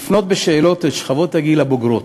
לפנות בשאלות לשכבות הגיל הבוגרות,